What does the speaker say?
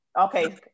Okay